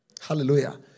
Hallelujah